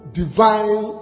divine